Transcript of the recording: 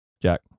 Jack